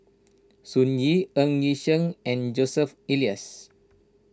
Sun Yee Ng Yi Sheng and Joseph Elias